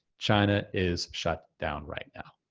china is shut down right now.